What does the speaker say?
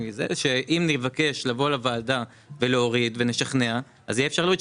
שאם נבקש לבוא לוועדה ולהוריד ונשכנע אז יהיה אפשר להוריד,